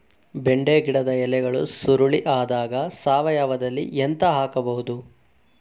ಬೆಂಡೆ ಗಿಡದ ಎಲೆಗಳು ಸುರುಳಿ ಆದಾಗ ಸಾವಯವದಲ್ಲಿ ಎಂತ ಹಾಕಬಹುದು?